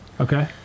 Okay